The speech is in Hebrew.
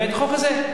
את החוק הזה.